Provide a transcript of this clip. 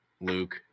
Luke